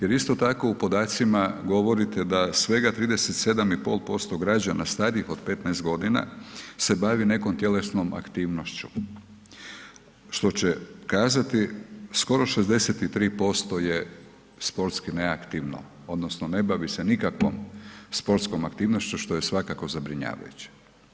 Jer isto tako u podacima govorite da svega 37,5% građana starijih od 15 godina se bavi nekom tjelesnom aktivnošću što će kazati skoro 63% je sportski neaktivno, odnosno ne bavi se nikakvom sportskom aktivnošću što je svakako zabrinjavajuće.